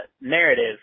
narrative